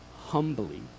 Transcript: humbly